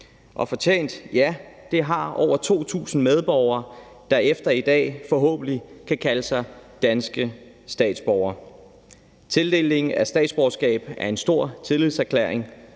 sig fortjent til« har over 2.000 medborgere, der efter i dag forhåbentlig kan kalde sig danske statsborgere. Tildelingen af statsborgerskab er en stor tillidserklæring